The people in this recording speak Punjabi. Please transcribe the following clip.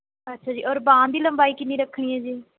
ਅੱਛਾ ਜੀ ਔਰ ਬਾਂਹ ਦੀ ਲੰਬਾਈ ਕਿੰਨੀ ਰੱਖਣੀ ਹੈ ਜੀ